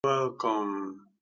Welcome